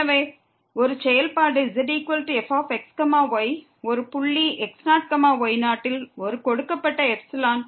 எனவே ஒரு செயல்பாடு zfx y ஒரு புள்ளி x0 y0 யில் ஒரு கொடுக்கப்பட்ட எப்சிலோன்